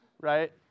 right